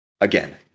Again